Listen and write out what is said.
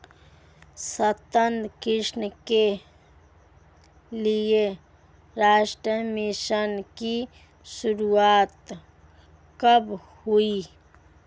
सतत कृषि के लिए राष्ट्रीय मिशन की शुरुआत कब हुई?